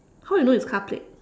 how you know it's car plate